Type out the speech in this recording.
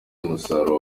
umusaruro